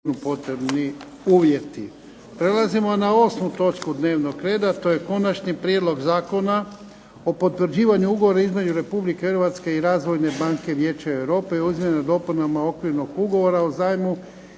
Ivan (HDZ)** Prelazimo na 8. točku dnevnog reda, a to je –- Konačni prijedlog Zakona o potvrđivanju Ugovora između Republike Hrvatske i Razvojne banke Vijeća Europe o izmjenama i dopunama Okvirnog ugovora o zajmu